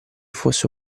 fosse